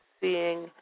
seeing